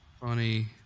funny